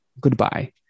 goodbye